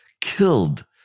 killed